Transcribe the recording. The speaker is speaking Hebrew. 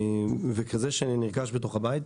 וכזה שנרכש בתוך הבית.